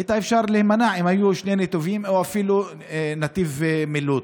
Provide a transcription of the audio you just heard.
הייתה יכולה להימנע אם היו שני נתיבים או אפילו נתיב מילוט,